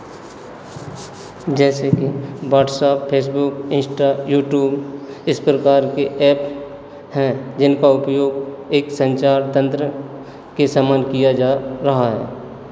जैसे कि WhatsApp Facebook Insta YouTube इस प्रकार के ऐप हैं जिनका उपयोग एक संचार तंत्र के समान किया जा रहा है